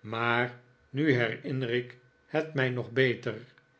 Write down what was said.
maar nu herinner ik het mij nog beter